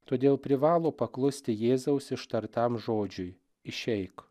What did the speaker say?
todėl privalo paklusti jėzaus ištartam žodžiui išeik